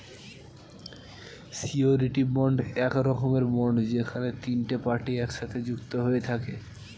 surety bond এক রকমের bond যেখানে তিনটে পার্টি একসাথে যুক্ত হয়ে থাকে